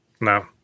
No